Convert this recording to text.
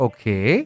Okay